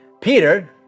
Peter